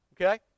Okay